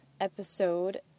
episode